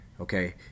okay